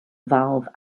valve